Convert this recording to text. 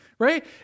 Right